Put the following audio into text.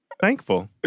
thankful